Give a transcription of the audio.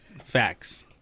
facts